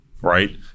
right